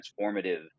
transformative